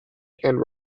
and